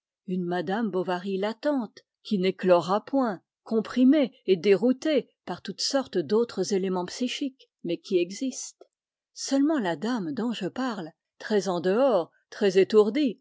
une madame bovary latente qui n'éclora point comprimée et déroutée par toutes sortes d'autres éléments psychiques mais qui existe seulement la dame dont je parle très en dehors très étourdie